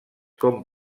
com